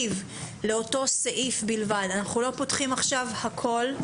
לאותו סעיף בלבד אנחנו לא פותחים עכשיו הכול,